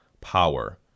power